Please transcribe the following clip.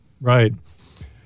right